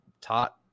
taught